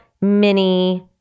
mini